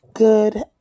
Good